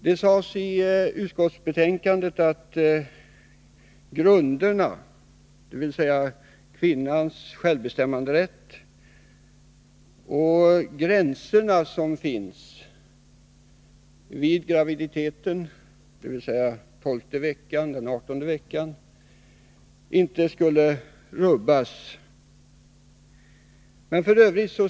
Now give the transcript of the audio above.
Det sades i utskottsbetänkandet att grunderna, dvs. kvinnans självbestämmanderätt och de gränser som satts vid 12:e resp. 18:e veckan, inte skulle rubbas. Men f.ö.